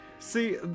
See